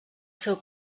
seu